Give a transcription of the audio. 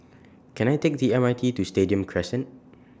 Can I Take The M R T to Stadium Crescent